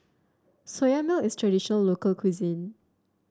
Soya Milk is traditional local cuisine